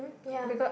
ya